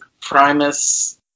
Primus